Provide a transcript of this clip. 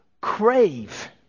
crave